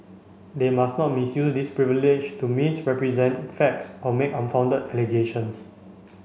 they must not misuse this privilege to misrepresent facts or make unfounded allegations